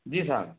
जी साब